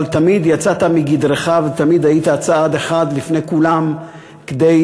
אבל תמיד יצאת מגדרך ותמיד היית צעד אחד לפני כולם כדי